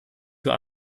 für